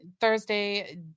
Thursday